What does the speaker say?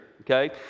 okay